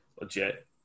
legit